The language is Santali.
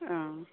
ᱦᱩᱸ ᱦᱮ